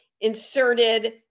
inserted